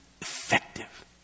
effective